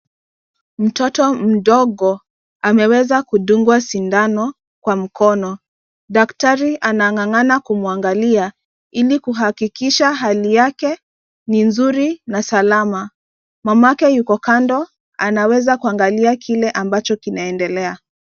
Mtoto mdogo ameweza kudungwa sindano kwa mkono. Daktari anangangana kumwangalia ili kuhakikisha hali yake ni nzuri na salama. Mama yake yuko kando anaweza kuangalia kile ambacho kinaendelea.